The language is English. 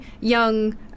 young